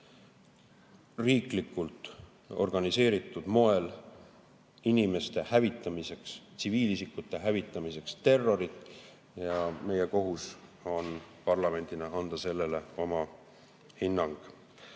riiklikult organiseeritud moel inimeste hävitamiseks, tsiviilisikute hävitamiseks terrorit. Meie kohus on parlamendina anda sellele oma hinnang.